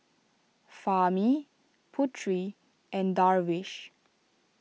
Fahmi Putri and Darwish